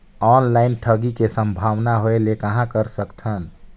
Online ठगी के संभावना होय ले कहां कर सकथन?